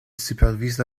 supervise